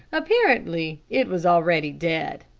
apparently it was already dead.